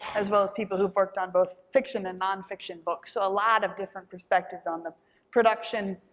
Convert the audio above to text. as well as people who've worked on both fiction and nonfiction books, so a lot of different perspectives on the production,